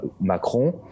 Macron